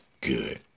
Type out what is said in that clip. good